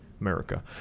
America